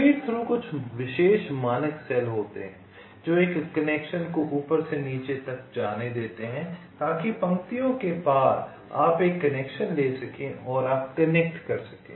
feed through कुछ विशेष मानक सेल होते हैं जो एक कनेक्शन को ऊपर से नीचे तक जाने देते हैं ताकि पंक्तियों के पार आप एक कनेक्शन ले सकें और आप कनेक्ट कर सकें